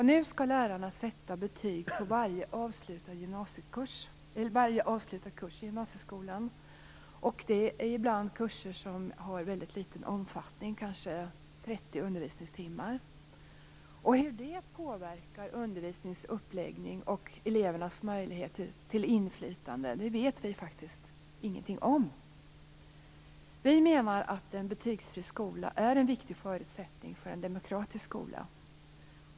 Nu skall lärarna sätta betyg på varje avslutad kurs i gymnasieskolan. Det är ibland kurser som har en liten omfattning, kanske 30 undervisningstimmar. Vi vet faktiskt inte hur detta påverkar uppläggningen av undervisningen och elevernas möjligheter till inflytande. Vi menar att en betygsfri skola är en viktig förutsättning för en demokratisk skola.